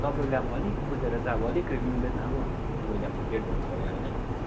तपाईँले अब अलिक बुझेर चाहिँ अब अलिक मिल्दैन अब तपाईँले फोर्टी एट भन्नुभयो होइन